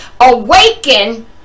awaken